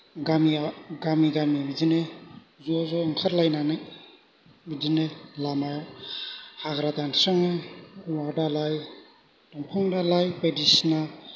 गामिया गामि गामि बिदिनो ज' ज' ओंखारलायनानै बिदिनो लामा हाग्रा दानस्रांना औवा दालाय बंफां दालाय बायदिसिना